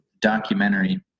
documentary